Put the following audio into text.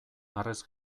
harrez